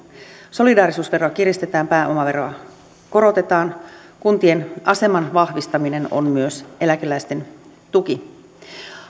solidaarisuusveroa kiristetään pääomaveroa korotetaan kuntien aseman vahvistaminen on myös eläkeläisten tuki